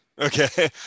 Okay